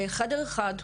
חדר אחד.